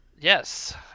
Yes